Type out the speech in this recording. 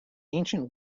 ancient